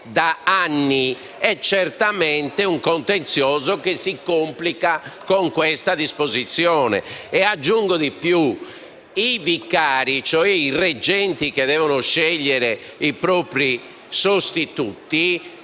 da anni e certamente si complica con questa disposizione. Aggiungo che i vicari, e cioè i reggenti che devono scegliere i propri sostituti,